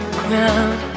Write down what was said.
ground